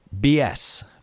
BS